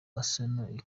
arsenal